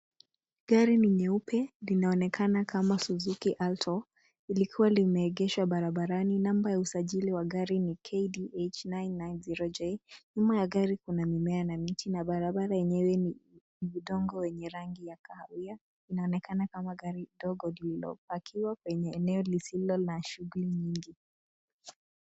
Gari ni nyeupe. Linaonekana kama suzuki auto likiwa limeegeshwa barabarani. Namba ya usajili wa gari ni KDH 990J. Nyuma ya gari kuna mimea na miti na barabara yenyewe ni mtongo wenye rangi ya kahawia. Inaonekana kama gari dogo lililopakiwa kwenye eneo lisilo la shughuli nyingi.